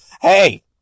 Hey